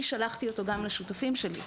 אני גם שלחתי אותו לשותפים שלי,